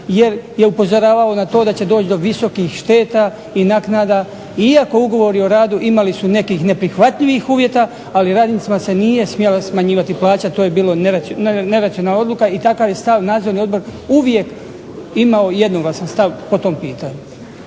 jer je upozoravao na to da će doći do visokih šteta i naknada iako ugovori o radu imali su nekih neprihvatljivih uvjeta, ali radnicima se nije smjela smanjivati plaća, to je bilo neracionalna odluka, i takav je stav nadzorni odbor uvijek imao jednoglasan stav po tom pitanju.